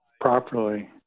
properly